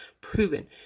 proven